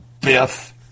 Biff